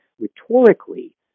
rhetorically